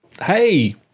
hey